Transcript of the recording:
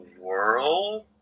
world